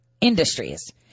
industries